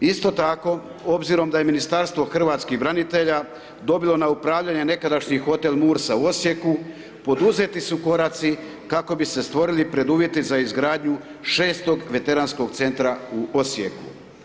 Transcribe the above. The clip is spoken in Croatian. Isto tako, obzirom da je Ministarstvo hrvatskih branitelja dobilo na upravljanje nekadašnji Hotel Mursa u Osijeku, poduzeti su koraci kako bi se stvorili preduvjeti za izgradnju 6-og Veteranskog Centra u Osijeku.